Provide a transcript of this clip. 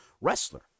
wrestler